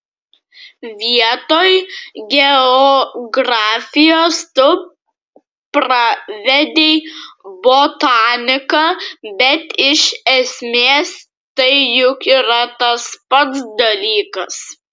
vietoj geografijos tu pravedei botaniką bet iš esmės tai juk yra tas pats dalykas